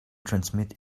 transmit